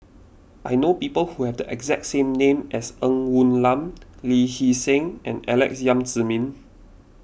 I know people who have the exact same name as Ng Woon Lam Lee Hee Seng and Alex Yam Ziming